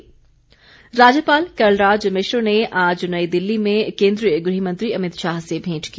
राज्यपाल राज्यपाल कलराज मिश्र ने आज नई दिल्ली में केन्द्रीय गृह मंत्री अमित शाह से भेंट की